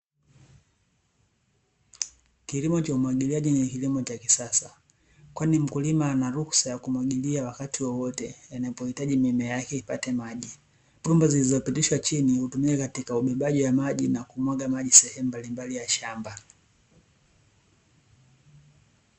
Kilimo cha umwagiliaji ni kilimo cha kisasa kwani mkulima anaruksa ya kumwagilia wakati wowote anapohitaji mimea yake ipate maji, bomba zilizopitishwa chini hutumika katika ubebaji wa maji na kumwaga maji sehemu mbalimbali za shamba.